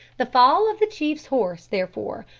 the fall of the chief's horse, therefore,